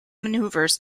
maneuvers